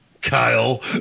Kyle